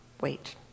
Wait